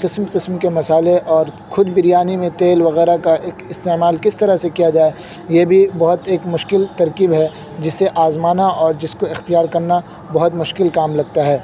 قسم قسم کے مسالے اور کھد بریانی میں تیل وغیرہ کا اک استعمال کس طرح سے کیا جائے یہ بھی بہت ایک مشکل ترکیب ہے جسے آزمانا اور جس کو اختیار کرنا بہت مشکل کام لگتا ہے